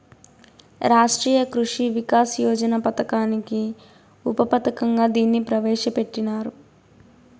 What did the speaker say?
రాష్ట్రీయ కృషి వికాస్ యోజన పథకానికి ఉప పథకంగా దీన్ని ప్రవేశ పెట్టినారు